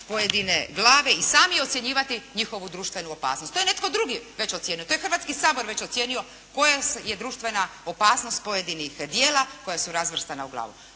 pojedine glave i sami ocjenjivati njihovu društvenu opasnost. To je netko drugi već ocijenio, to je Hrvatski sabor već ocijenio koja je društvena opasnost pojedinih djela koja su razvrstana u glavu.